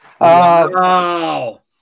Wow